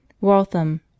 waltham